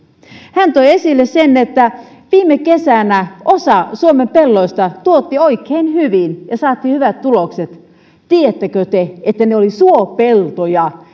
hän toi esille sen että viime kesänä osa suomen pelloista tuotti oikein hyvin ja saatiin hyvät tulokset tiedättekö te että ne olivat suopeltoja